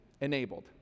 enabled